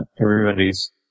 everybody's